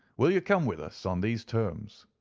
will you come with us on these terms?